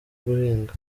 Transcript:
guhinga